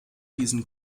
diesen